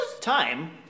Time